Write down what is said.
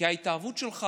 כי ההתאהבות שלך